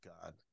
God